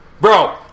bro